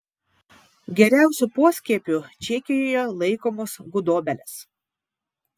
geriausiu poskiepiu čekijoje laikomos gudobelės